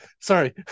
sorry